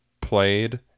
played